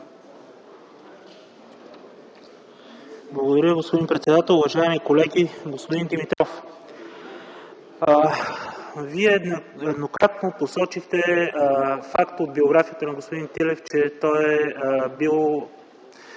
Благодаря, господин председател. Уважаеми колеги! Господин Димитров, Вие нееднократно посочихте факт от биографията на господин Тилев, че той е бил